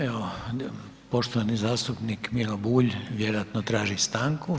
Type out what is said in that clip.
Evo, poštovani zastupnik Miro Bulj vjerojatno traži stanku.